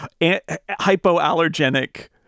hypoallergenic